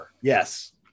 yes